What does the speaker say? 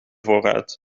voorruit